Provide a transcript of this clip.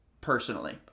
Personally